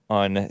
on